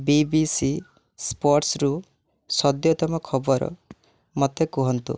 ବି B C ସ୍ପୋର୍ଟସ୍ରୁ ସଦ୍ୟତମ ଖବର ମୋତେ କୁହନ୍ତୁ